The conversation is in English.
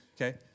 Okay